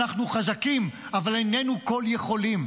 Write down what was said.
אנחנו חזקים, אבל איננו כול יכולים.